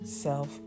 self